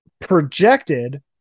projected